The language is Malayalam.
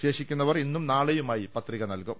ശേഷിക്കുന്നവർ ഇന്നും നാളെയുമായി പത്രിക നൽകും